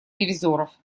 ревизоров